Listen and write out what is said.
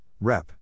Rep